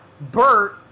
Bert